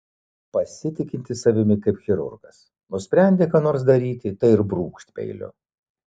pasitikintis savimi kaip chirurgas nusprendė ką nors daryti tai ir brūkšt peiliu